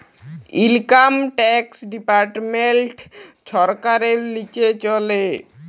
income tax department ছরকারের লিচে চলে